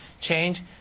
change